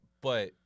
But-